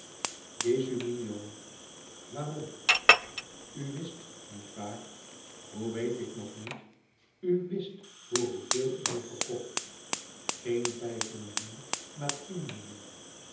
gesu mio waarom u wist niet waar hoe weet ik nog niet u wist voor hoeveel ik me verkocht geen vijf millioen maar tien millioen